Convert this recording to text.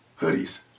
hoodies